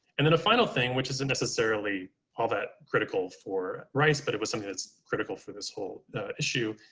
and then a final thing, which isn't necessarily all that critical for rice, but it was something that's critical for this whole issue,